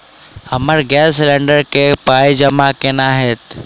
हमरा gas cylinder केँ पाई जमा केना हएत?